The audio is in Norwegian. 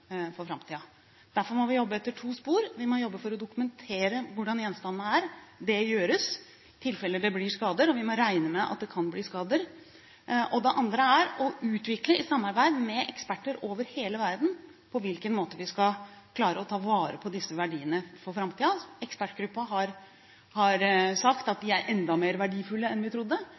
for framtiden. Derfor må vi jobbe etter to spor. Vi må jobbe for å dokumentere hvordan gjenstandene er. Det gjøres, i tilfelle det blir skader – og vi må regne med at det kan bli skader. Det andre er i samarbeid med eksperter over hele verden å utvikle måter for hvordan vi skal klare å ta vare på disse verdiene for framtiden. Ekspertgruppen har sagt at de er enda mer verdifulle enn man trodde,